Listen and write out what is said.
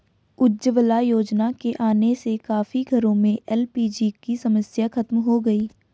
उज्ज्वला योजना के आने से काफी घरों में एल.पी.जी की समस्या खत्म हो गई